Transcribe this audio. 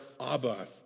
Abba